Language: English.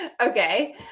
okay